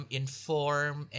inform